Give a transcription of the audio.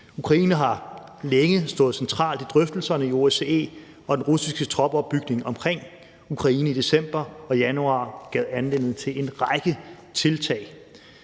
Ukraine har længe stået centralt i drøftelserne i OSCE, og den russiske troppeopbygning omkring Ukraine i december og januar gav anledning til en række tiltag.